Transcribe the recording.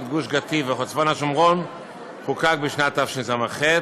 גוש קטיף וצפון השומרון חוקק בשנת תשס"ח,